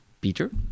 Peter